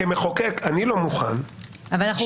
כמחוקק אני לא מוכן -- אבל פה אנחנו